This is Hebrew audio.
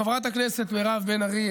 חברת הכנסת מירב בן ארי,